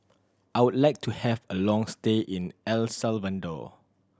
I would like to have a long stay in El Salvador